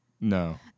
no